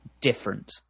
different